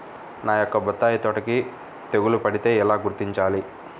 నా యొక్క బత్తాయి తోటకి తెగులు పడితే ఎలా గుర్తించాలి?